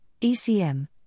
ECM